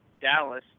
Dallas